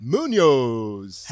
Munoz